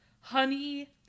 honey